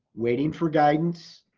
waiting for guidance,